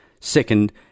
second